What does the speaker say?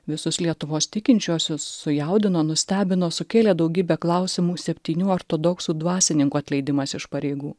visus lietuvos tikinčiuosius sujaudino nustebino sukėlė daugybę klausimų septynių ortodoksų dvasininkų atleidimas iš pareigų